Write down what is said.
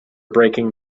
breaking